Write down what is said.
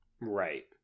Right